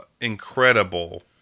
incredible